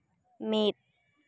ᱢᱤᱫ